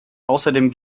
außerdem